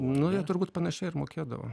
nu turbūt panašiai ir mokėdavo